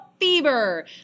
Fever